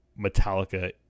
Metallica